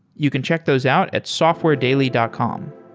you can check those out at softwaredaily dot com.